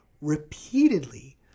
repeatedly